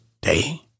day